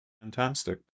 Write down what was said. Fantastic